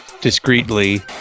discreetly